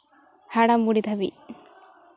ᱦᱟᱲᱟᱢ ᱵᱩᱲᱦᱤ ᱫᱷᱟᱹᱵᱤᱡ